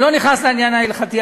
אני לא נכנס לעניין ההלכתי,